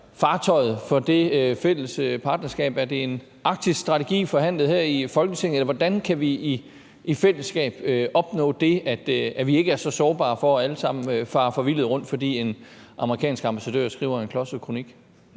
fartøjet for det fælles partnerskab? Er det en arktisk strategi forhandlet her i Folketinget, eller hvordan kan vi i fællesskab opnå det, at vi ikke er så sårbare, at vi allesammen farer forvildet rundt, fordi en amerikansk ambassadør skriver en klodset kronik?